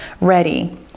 ready